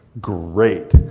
Great